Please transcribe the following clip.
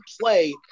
play